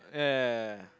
yeah yeah yeah yeah yeah yeah